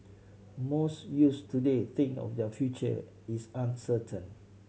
most youth today think of their future is uncertain